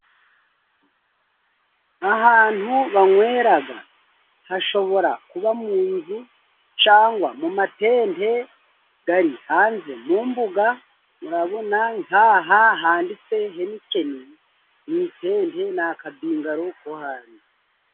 Ahantu banywera hashobora kuba mu nzu cyangwa mu matente ari hanze mu mbuga, urabona nkaha handitse heninekeni ni itente, ni akabingaro ko hanze.